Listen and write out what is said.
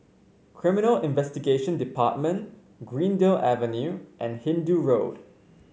Criminal Investigation Department Greendale Avenue and Hindoo Road